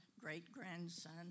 great-grandson